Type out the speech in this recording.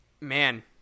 Man